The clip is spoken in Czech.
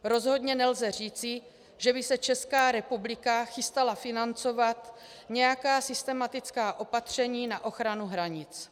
Rozhodně nelze říci, že by se Česká republika chystala financovat nějaká systematická opatření na ochranu hranic.